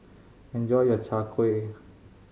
enjoy your Chai Kuih